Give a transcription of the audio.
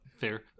Fair